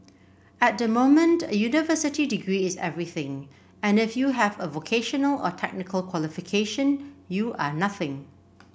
at the moment a university degree is everything and if you have a vocational or technical qualification you are nothing